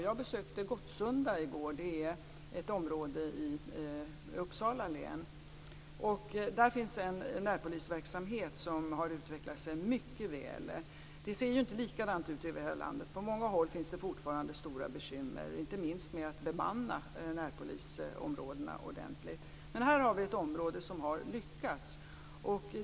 Jag besökte i går Gottsunda, ett område i Uppsala län där det finns en närpolisverksamhet som har utvecklat sig mycket väl. Det ser inte likadant ut över hela landet. På många håll finns det fortfarande stora bekymmer, inte minst med att bemanna närpolisområdena ordentligt. Men här har vi ett område som har lyckats.